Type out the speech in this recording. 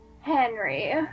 Henry